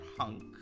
hunk